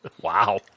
Wow